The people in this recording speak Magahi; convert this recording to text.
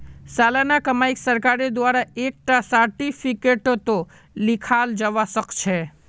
सालाना कमाईक सरकारेर द्वारा एक टा सार्टिफिकेटतों लिखाल जावा सखछे